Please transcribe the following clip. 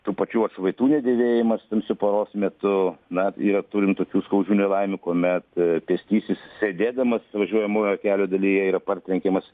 tų pačių atšvaitų nedėvėjimas tamsiu paros metu na ir turim tokių skaudžių nelaimių kuomet pėstysis sėdėdamas važiuojamojo kelio dalyje yra partrenkiamas